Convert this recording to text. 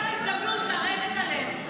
הוא מצא הזדמנות לרדת עלינו.